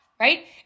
right